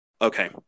Okay